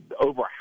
over